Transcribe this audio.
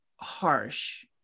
harsh